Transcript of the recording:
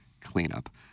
cleanup